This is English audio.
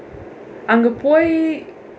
அங்க பொய்:anga poi